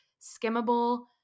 skimmable